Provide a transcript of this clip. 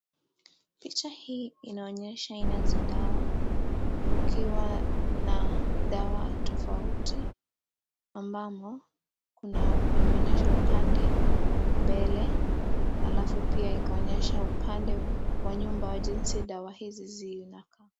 Picha hii inaonyesha aina za dawa ,kukiwa na dawa tofauti ambamo kuna imeonyesha upande wa mbele alafu pia ikaonyesha upande wa nyuma wa jinsi dawa hizi zinakaa.